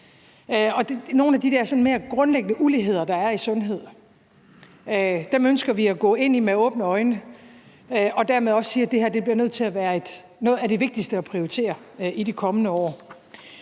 Nogle af de der sådan mere grundlæggende uligheder, der er i sundhed, ønsker vi at gå ind i med åbne øjne. Og dermed siger vi også, at det her bliver nødt til at være noget af det vigtigste at prioritere i de kommende år.